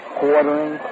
quartering